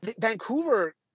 Vancouver